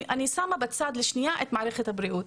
אני שמה בצד לשנייה את מערכת הבריאות.